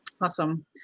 Awesome